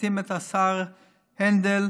מסיתים את השר הנדל,